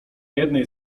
jednej